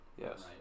Yes